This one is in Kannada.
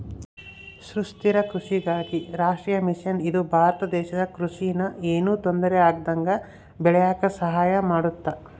ಸುಸ್ಥಿರ ಕೃಷಿಗಾಗಿ ರಾಷ್ಟ್ರೀಯ ಮಿಷನ್ ಇದು ಭಾರತ ದೇಶದ ಕೃಷಿ ನ ಯೆನು ತೊಂದರೆ ಆಗ್ದಂಗ ಬೇಳಿಯಾಕ ಸಹಾಯ ಮಾಡುತ್ತ